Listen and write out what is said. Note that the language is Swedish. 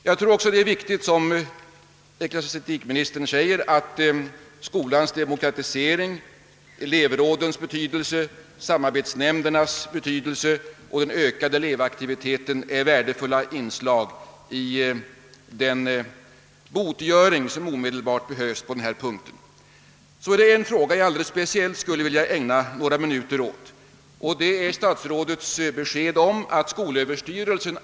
Jag tror vidare att det är riktigt när ecklesiastikministern säger att skolans demokratisering, elevrådens och samarbetsnämndernas verksamhet och över huvud taget den ökade elevaktiviteten är värdefulla inslag i den botgöring som omedelbart behövs på denna punkt. Så är det en fråga som jag alldeles speciellt skulle vilja ägna några minuter åt, nämligen statsrådets besked att skolöverstyrelsen .